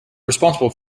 responsible